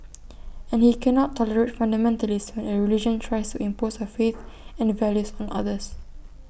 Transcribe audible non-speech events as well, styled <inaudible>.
<noise> and he cannot tolerate fundamentalists when A religion tries impose A faith and values on others